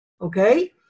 Okay